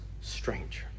stranger